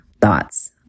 thoughts